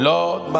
Lord